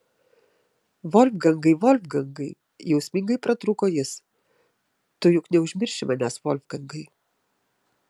volfgangai volfgangai jausmingai pratrūko jis tu juk neužmirši manęs volfgangai